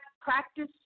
practice